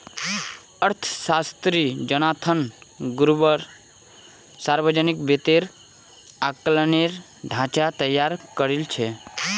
अर्थशास्त्री Jonathan Gruber सावर्जनिक वित्तेर आँकलनेर ढाँचा तैयार करील छेक